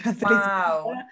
Wow